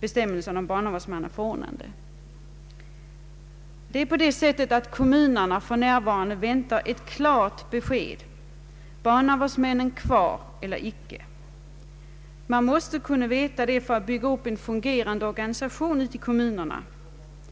bestämmelsen om barvårdsmannaförordnande skall upphävas. Kommunerna väntar ett klart besked: Barnavårdsmännen kvar eller icke? Man måste kunna veta detta för att bygga upp en fungerande socialvårdsorganisation i kommunerna.